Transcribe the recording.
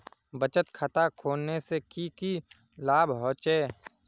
बचत खाता खोलने से की की लाभ होचे?